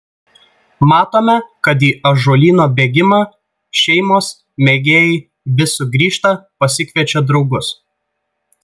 matome kad į ąžuolyno bėgimą šeimos mėgėjai vis sugrįžta pasikviečia draugus